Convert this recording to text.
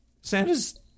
santa's